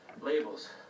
Labels